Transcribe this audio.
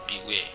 Beware